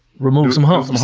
remove some humps,